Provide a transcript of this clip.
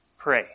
Pray